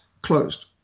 closed